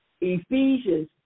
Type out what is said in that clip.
Ephesians